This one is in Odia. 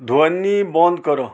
ଧ୍ୱନି ବନ୍ଦ କର